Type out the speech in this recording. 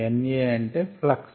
NA అంటే flux